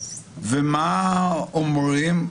ומה אומרים?